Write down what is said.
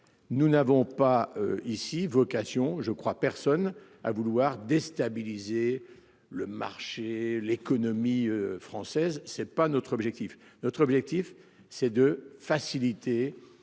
Nous n'avons pas ici vocation je crois personne à vouloir déstabiliser le marché, l'économie française, c'est pas notre objectif, notre objectif c'est de faciliter